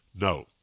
No